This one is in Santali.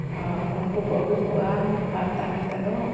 ᱟᱨ ᱩᱱᱠᱩ ᱠᱚ ᱟᱹᱜᱩ ᱠᱚᱣᱟ ᱟᱨ ᱛᱟᱭᱱᱚᱢ ᱛᱮᱫᱚ